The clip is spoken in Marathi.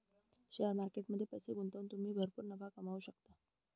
शेअर मार्केट मध्ये पैसे गुंतवून तुम्ही भरपूर नफा कमवू शकता